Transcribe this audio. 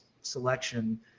selection